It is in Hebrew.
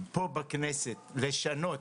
פה בכנסת, לשנות